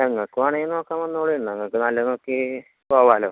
ഞങ്ങൾക്ക് വേണമെങ്കിൽ നോക്കാൻ വന്നോളു ഇല്ലേൽ നിങ്ങൾക്ക് നല്ലത് നോക്കി പോകാമല്ലോ